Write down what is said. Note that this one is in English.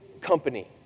company